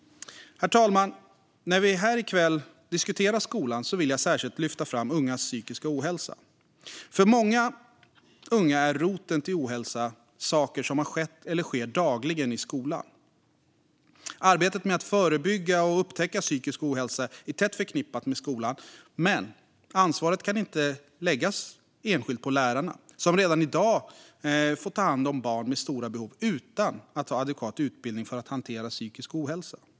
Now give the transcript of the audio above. Herr talman! När vi här i kväll diskuterar skolan vill jag särskilt lyfta fram ungas psykiska ohälsa. För många unga är roten till ohälsa saker som har skett eller sker dagligen i skolan. Arbetet med att förebygga och upptäcka psykisk ohälsa är tätt förknippat med skolan. Men ansvaret kan inte läggas enskilt på lärarna. De får redan i dag ta hand om barn med stora behov utan att ha adekvat utbildning för att hantera psykisk ohälsa.